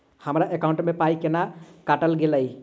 हम्मर एकॉउन्ट मे पाई केल काटल गेल एहि